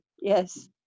yes